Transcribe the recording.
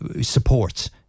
supports